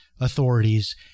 authorities